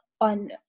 on